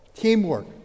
Teamwork